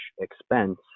expense